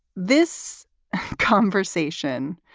this conversation.